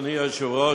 אדוני היושב-ראש,